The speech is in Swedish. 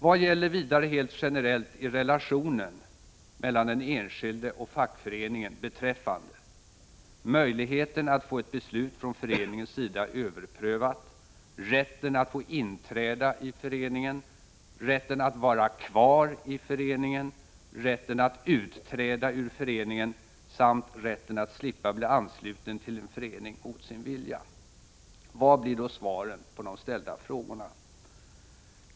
Vad gäller vidare helt generellt i relationen mellan den enskilde och fackföreningen beträffande: — möjligheten att få ett beslut från föreningens sida överprövat, —- rätten att få inträda i föreningen, —- rätten att slippa bli ansluten till en förening mot sin vilja? Vad blir då svaren på de ställda frågorna?